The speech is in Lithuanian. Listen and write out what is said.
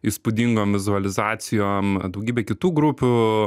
įspūdingom vizualizacijom daugybė kitų grupių